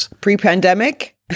pre-pandemic